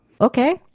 Okay